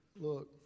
look